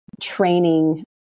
training